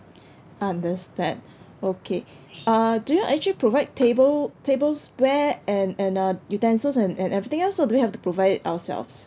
understand okay uh do you actually provide table~ tableware and and uh utensils and and everything else or do we have to provide it ourselves